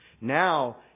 Now